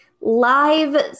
live